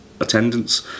attendance